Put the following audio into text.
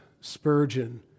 Spurgeon